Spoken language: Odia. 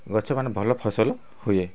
ଗଛ ମାନେ ଭଲ ଫସଲ ହୁଏ